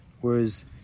Whereas